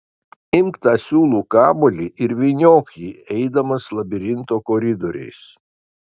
imk tą siūlų kamuolį ir vyniok jį eidamas labirinto koridoriais